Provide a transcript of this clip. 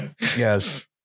Yes